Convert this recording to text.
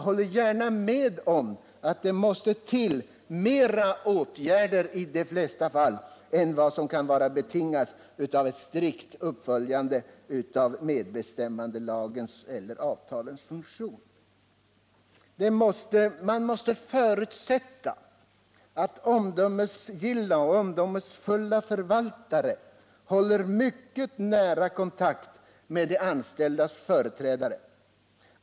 Jag håller med om att det i de flesta fall måste till mera av åtgärder än vad som kan vara betingat av ett strikt följande av medbestämmandelagens eller avtalens funktion. Man måste förutsätta att omdömesgilla förvaltare håller mycket nära kontakter med de anställdas företrädare.